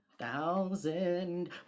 thousand